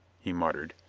he muttered.